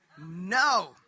No